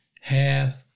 half